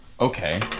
okay